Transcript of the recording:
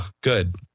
Good